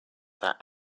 that